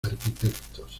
arquitectos